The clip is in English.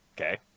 okay